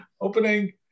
opening